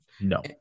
No